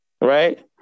Right